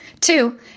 Two